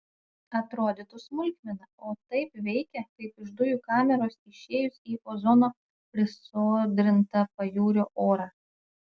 atrodytų smulkmena o taip veikia kaip iš dujų kameros išėjus į ozono prisodrintą pajūrio orą